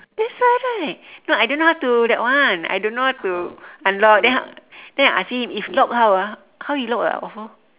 that's why right no I don't know how to that one I don't know how to unlock then then I ask him if lock how ah how you lock ah ofo